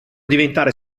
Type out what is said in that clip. diventare